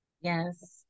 Yes